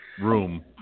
room